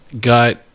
got